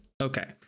okay